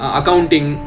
accounting